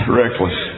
reckless